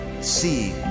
see